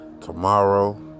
tomorrow